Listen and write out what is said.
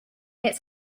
its